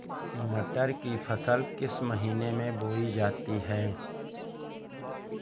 मटर की फसल किस महीने में बोई जाती है?